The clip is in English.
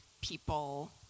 people